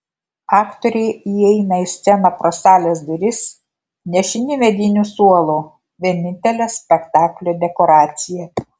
aktoriai įeina į sceną pro salės duris nešini mediniu suolu vienintele spektaklio dekoracija